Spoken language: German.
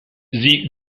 sie